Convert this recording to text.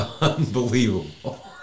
unbelievable